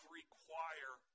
require